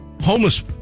homeless